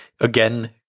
Again